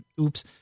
Oops